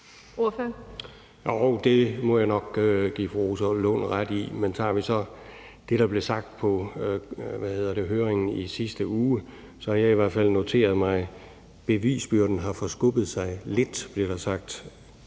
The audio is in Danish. det må jeg nok give fru Rosa Lund ret i. Men så har vi så det, der blev sagt på høringen i sidste uge. Der har jeg i hvert fald noteret mig, at der blev sagt, at bevisbyrden har forskubbet sig lidt. Jeg kan